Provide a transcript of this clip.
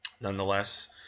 nonetheless